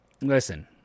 listen